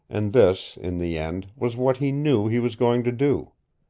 and this, in the end, was what he knew he was going to do.